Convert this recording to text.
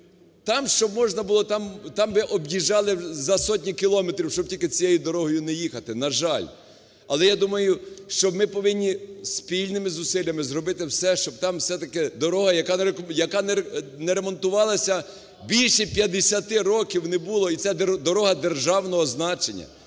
Там щоб можна було, там би об'їжджали за сотні кілометрів, щоб тільки цією дорогою не їхати, на жаль. Але я думаю, що ми повинні спільними зусиллями зробити все, щоб там все-таки дорога, яка не ремонтувалася більше п'ятдесяти років, не було. І це дорога державного значення,